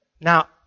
Now